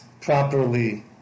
properly